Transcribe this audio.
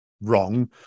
wrong